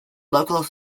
local